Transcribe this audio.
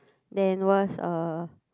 then worst uh